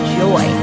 joy